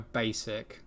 basic